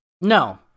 No